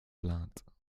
plaintes